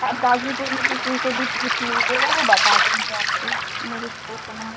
आप गाजीपुर में किसी से भी पूछ लीजिएगा वो बता देंगे आपको मेरे इस्टोर का नाम